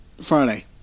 Friday